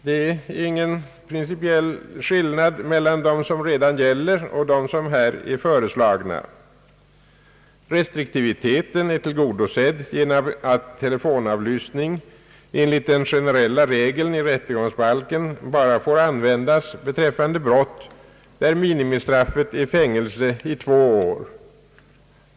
Det föreligger ingen principiell skillnad mellan dem som redan gäller och dem som nu föreslås. Restriktiviteten är tillgodosedd genom att telefonavlyssning enligt den generella regeln i rättegångsbalken bara får användas beträffande brott där minimistraffet är fängelse i två år.